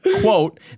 quote